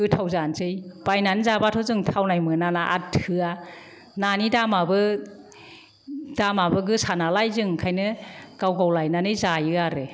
गोथाव जानोसै बायनानै जाबाथ' जों थावनाय मोनाना आरो थोआ नानि दामाबो गोसा नालाय जों ओंखायनो गाव गाव लायनानै जायो आरो